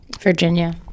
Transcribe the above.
Virginia